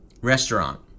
Restaurant